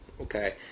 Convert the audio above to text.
Okay